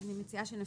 אני מציעה שנפסיק.